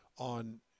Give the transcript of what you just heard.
on